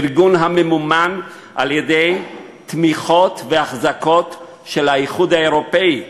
ארגון הממומן על-ידי תמיכות והחזקות של האיחוד האירופי,